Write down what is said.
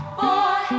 boy